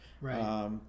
Right